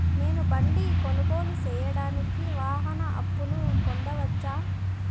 నేను బండి కొనుగోలు సేయడానికి వాహన అప్పును పొందవచ్చా?